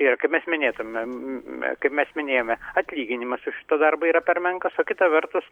ir ką mes minėtumėme kaip mes minėjome atlyginimas už šitą darbą yra per menkas o kita vertus